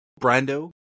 Brando